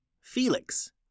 Felix